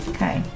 Okay